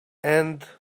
and